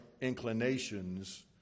inclinations